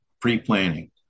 pre-planning